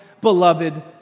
beloved